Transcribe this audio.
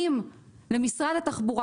משרד התחבורה,